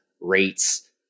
rates